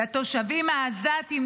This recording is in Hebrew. לתושבים העזתים,